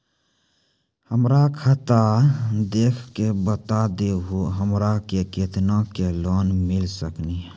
हमरा खाता देख के बता देहु हमरा के केतना के लोन मिल सकनी?